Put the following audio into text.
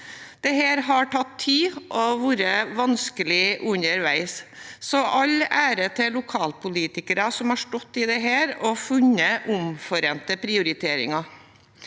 Dette har tatt tid og vært vanskelig underveis, så all ære til lokalpolitikere som har stått i dette, og som har funnet omforente prioriteringer.